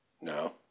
No